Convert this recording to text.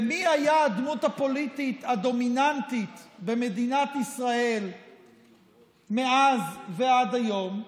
ומי היה הדמות הפוליטית הדומיננטית במדינת ישראל מאז ועד היום?